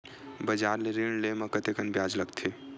बजार ले ऋण ले म कतेकन ब्याज लगथे?